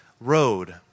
road